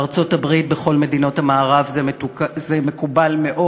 בארצות-הברית ובכל מדינות המערב זה מקובל מאוד.